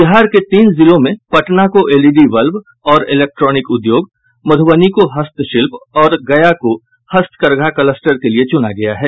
बिहार के तीन जिलों में पटना को एलईडी बल्ब और इलेक्ट्रॉनिक उद्योग मधुबनी को हस्तशिल्प तथा गया को हस्तकरघा कलस्टर के लिये चुना गया है